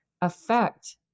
affect